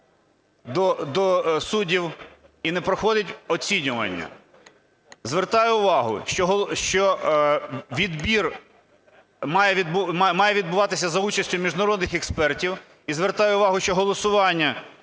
до суддів і не проходить оцінювання. Звертаю увагу, що відбір має відбуватися за участю міжнародних експертів, і звертаю увагу, що голосування